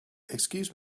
excuse